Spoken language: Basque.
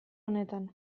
honetan